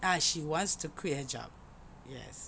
ah she wants to quit her job yes